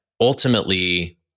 ultimately